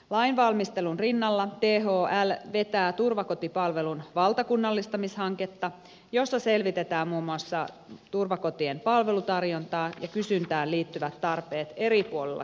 lainvalmistelun rinnalla thl vetää turvakotipalvelun valtakunnallistamishanketta jossa selvitetään muun muassa turvakotien palvelutarjontaan ja kysyntään liittyvät tarpeet eri puolilla suomea